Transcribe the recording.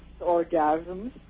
orgasms